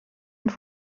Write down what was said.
und